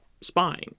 spying